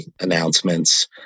announcements